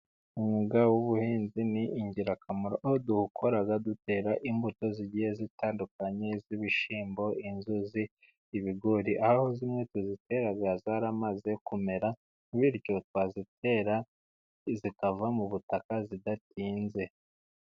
Umwuga w'ubuhinzi ni ingirakamaro, aho tuwukora dutera imbuto zigiye zitandukanye; z'ibishyimbo, inzuzi, ibigori aho zimwe tuzitera zaramaze kumera, bityo twazitera zikava mu butaka zidatinze.